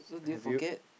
do you forget